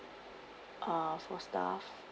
uh for staff